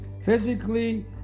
Physically